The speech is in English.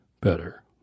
better